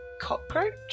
cockroach